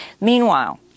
Meanwhile